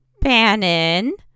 Bannon